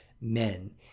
men